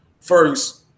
first